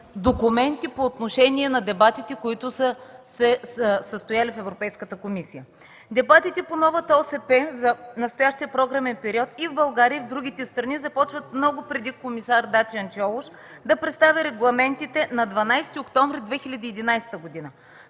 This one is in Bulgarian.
документи по отношение на дебатите, които са се състояли в Европейската комисия. Дебатите по новата ОСП за настоящия програмен период и в България, и в другите страни започват много преди комисар Дачиан Чолош да представи регламентите на 12 октомври 2011 г.